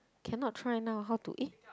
cannot try now how to eh